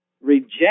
reject